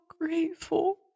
grateful